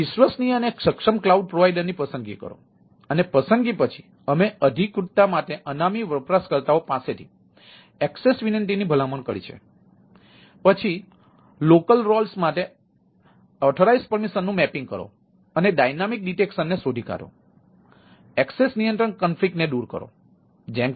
તેથી વિશ્વસનીય અને સક્ષમ ક્લાઉડ પ્રોવાઇડર ની પસંદગી કરો અને પસંદગી પછી અમે અધિકૃતતા માટે અનામી વપરાશકર્તાઓ પાસેથી એક્સેસ વિનંતીની ભલામણ કરી છે